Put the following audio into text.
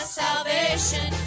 salvation